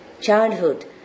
childhood